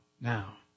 now